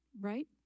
right